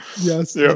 yes